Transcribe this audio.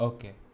Okay